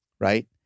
right